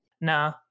No